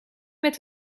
met